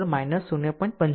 આમ અહીં તે i3 0